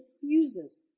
diffuses